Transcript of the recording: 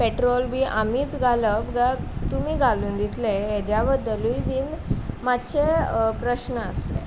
petrol बी आमीच घालप गाय तुमी घालून दितले हेज्या बद्दलूय बीन मातशे प्रश्न आसलें